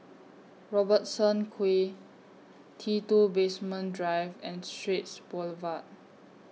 Robertson Quay T two Basement Drive and Straits Boulevard